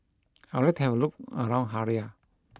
I would to have a look around Harare